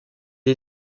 est